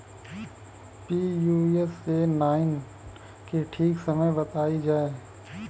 Pusa nine के ठीक समय बताई जाई?